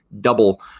double